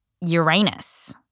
Uranus